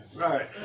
right